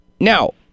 Now